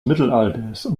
mittelalters